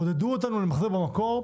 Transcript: עודדו אותנו למחזר במקור: